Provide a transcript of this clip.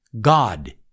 God